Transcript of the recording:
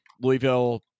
Louisville